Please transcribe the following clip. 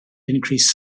increased